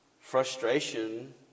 Frustration